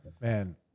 man